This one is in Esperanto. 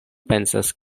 pensas